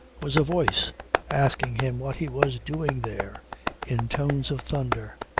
was a voice asking him what he was doing there in tones of thunder.